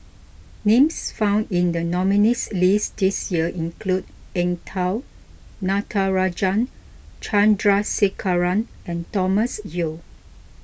names found in the nominees' list this year include Eng Tow Natarajan Chandrasekaran and Thomas Yeo